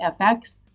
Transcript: FX